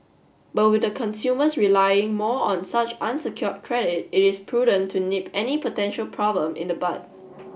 but with consumers relying more on such unsecured credit it is prudent to nip any potential problem in the bud